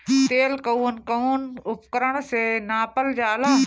तेल कउन कउन उपकरण से नापल जाला?